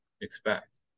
expect